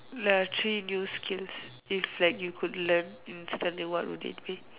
ya three new skills if like you could learn instantly what would it be